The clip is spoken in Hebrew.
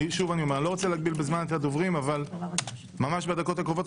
אני רוצה לעבור לנושא הבא בדקות הקרובות,